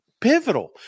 pivotal